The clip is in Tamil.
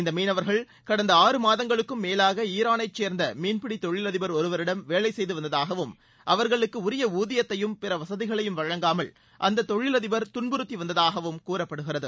இந்த மீனவர்கள் கடந்த ஆறு மாதங்களுக்கு மேலாக ஈரானைச் சேர்ந்த மீன்பிடி தொழிலதிபர் ஒருவரிடம் வேலை செய்து வந்ததாகவும் அவர்களுக்கு உரிய ஊதியத்தையும் பிற வசதிகளையும் வழங்காமல் அந்த தொழிலதிபர் துன்புறுத்தி வந்ததாகவும் கூறப்படுகிறது